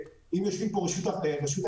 ואם יושבים פה רשות התחרות,